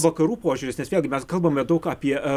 vakarų požiūris nes vėlgi mes kalbame daug apie